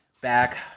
back